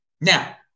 Now